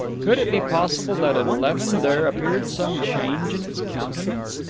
could it be possible that at eleven there appeared some change in its countenance?